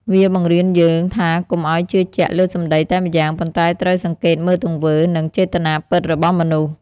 វាបង្រៀនយើងថាកុំឱ្យជឿជាក់លើសម្ដីតែម្យ៉ាង ប៉ុន្តែត្រូវសង្កេតមើលទង្វើ និងចេតនាពិតរបស់មនុស្ស។